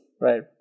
right